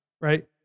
right